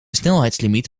snelheidslimiet